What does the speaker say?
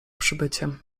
przybyciem